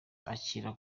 akiri